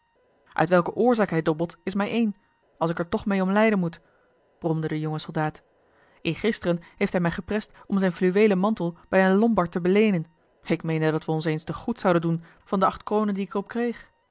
uit welke oorzaak hij dobbelt is mij één als ik er toch meê om lijden moet bromde de jonge soldaat eergisteren heeft hij mij geprest om zijn fluweelen mantel bij een lombard te beleenen ik meende dat we ons eens te goed zouden doen van de acht kronen die ik er op kreeg